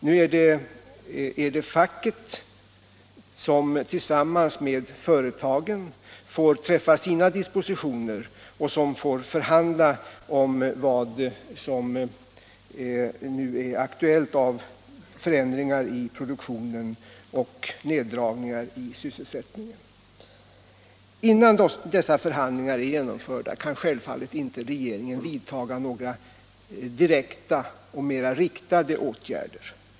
Nu är det facket som tillsammans med företagen får träffa sina dispositioner och förhandla om vad som är aktuellt av förändringar i produktionen och neddragningar i sysselsättningen. Innan dessa förhandlingar är slutförda kan självfallet inte regeringen vidtaga några direkta och mera riktade åtgärder.